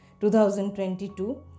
2022